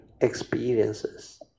experiences